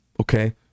Okay